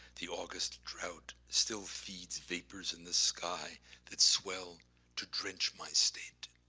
the august drought still feeds vapors in the sky that swell to drench my state.